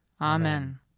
Amen